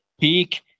peak